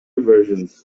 versions